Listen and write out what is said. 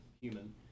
human